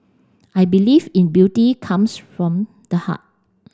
I believe in beauty comes from the heart